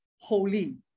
holy